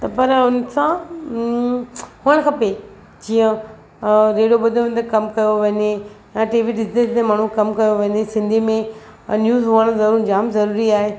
पर उनसां उं हुअणु खपे जीअं रेडिओ ॿुधंदे ॿुधंदे कमु कयो वञे या टिवी ॾिसंदे ॾिसंदे कमु कयो वञे सिंधी में अ न्यूज़ हुअणु ज़रूरु जामु ज़रूरी आहे